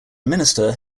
minister